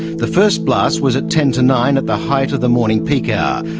the first blast was at ten to nine at the height of the morning peak ah